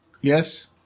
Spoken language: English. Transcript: Yes